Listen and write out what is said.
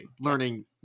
learning